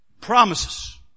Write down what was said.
promises